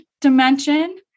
dimension